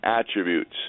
attributes